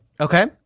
Okay